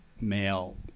male